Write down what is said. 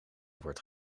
wordt